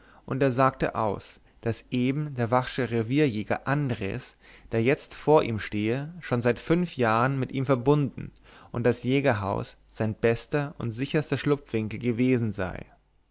und er sagte aus daß eben der vachsche revierjäger andres der jetzt vor ihm stehe schon seit fünf jahren mit ihm verbunden und das jägerhaus sein bester und sicherster schlupfwinkel gewesen sei